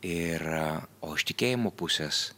ir o iš tikėjimo pusės